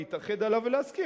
להתאחד עליו ולהסכים,